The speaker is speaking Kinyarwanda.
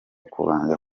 kubanza